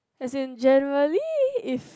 as in generally is